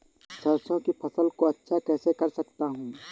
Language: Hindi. सरसो की फसल को अच्छा कैसे कर सकता हूँ?